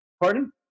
Pardon